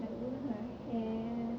like even her hair